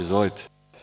Izvolite.